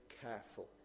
careful